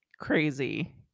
crazy